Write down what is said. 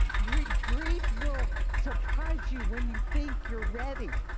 grief grief will surprise you when you think you're ready.